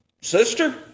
sister